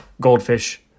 goldfish